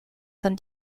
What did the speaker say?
san